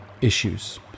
issues